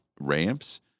ramps